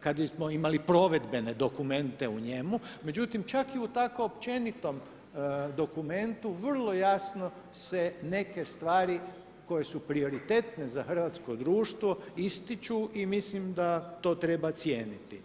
kada bismo imali provedbene dokumente u njemu, međutim čak i u tako općenitom dokumentu vrlo jasno se neke stvari koje su prioritetne za hrvatsko društvo ističu i mislim da to treba cijeniti.